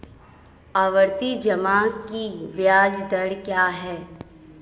आवर्ती जमा की ब्याज दर क्या है?